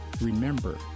remember